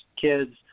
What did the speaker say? kids